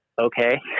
okay